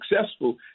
successful